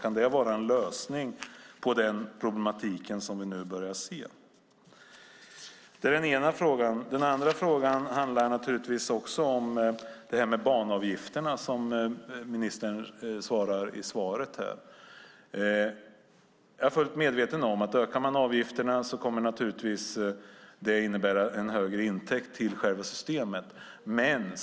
Kan det vara en lösning på den problematik som vi nu börjar se? Det är den ena frågan. Den andra frågan handlar naturligtvis också om det här med banavgifterna, som ministern talade om i svaret. Jag är fullt medveten om att det, om man ökar avgifterna, naturligtvis kommer att innebära en högre intäkt till själva systemet.